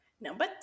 number